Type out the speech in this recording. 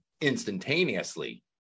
instantaneously